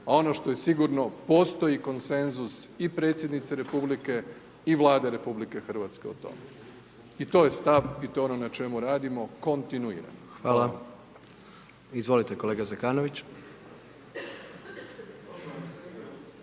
a ono što je sigurno postoji konsenzus i predsjednice Republike i Vlade RH o tome. I to je stav i to je ono na čemu radimo, kontinuirano. Hvala. **Jandroković,